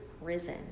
risen